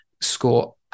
score